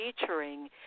featuring